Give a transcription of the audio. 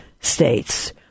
States